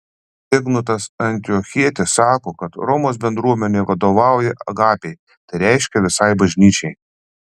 ignotas antiochietis sako kad romos bendruomenė vadovauja agapei tai reiškia visai bažnyčiai